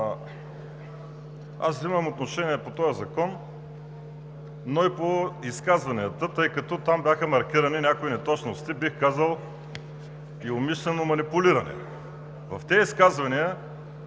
Аз вземам отношение по този закон, но и по изказванията, тъй като там бяха маркирани някои неточности, бих казал, и умишлено манипулирани. В тези изказвания,